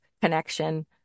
connection